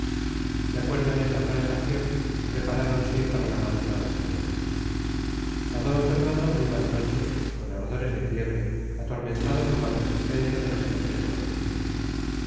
de acuerdo en esta transacción preparáronse para la madrugada siguiente pasó d fernando muy mala noche con ardores de fiebre atormentado por la persistencia de las emociones de aquel día